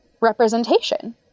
representation